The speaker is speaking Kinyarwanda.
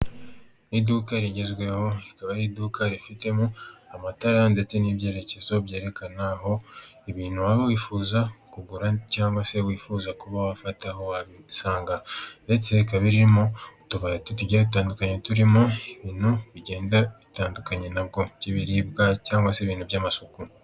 Iduka rigezwehoka, rikaba ari duka rifitemo amatara ndetse n'ibyerekezo byerekana aho ibintu waba wifuza kugura cyangwa se wifuza kuba wafata aho wabisanga ndetse bikaba birimo utubari tugiye dutandukanye, turimo ibintu bigenda bitandukanye nabwo by'ibiribwa cyangwa se ibintu by'amasuku.